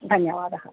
धन्यवादः